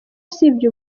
usibye